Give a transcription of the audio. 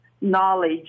knowledge